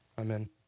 Amen